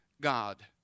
God